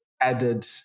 added